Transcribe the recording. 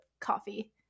coffee